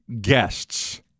guests